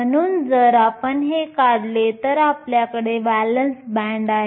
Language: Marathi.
म्हणून जर आपण हे काढले तर आपल्याकडे व्हॅलेन्स बँड आहे